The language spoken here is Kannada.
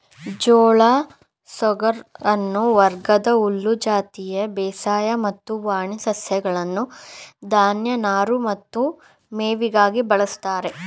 ಜೋಳ ಸೋರ್ಗಮ್ ವರ್ಗದ ಹುಲ್ಲು ಜಾತಿಯ ಬೇಸಾಯ ಮತ್ತು ವಾಣಿ ಸಸ್ಯಗಳನ್ನು ಧಾನ್ಯ ನಾರು ಮತ್ತು ಮೇವಿಗಾಗಿ ಬಳಸ್ತಾರೆ